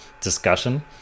discussion